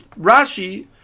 Rashi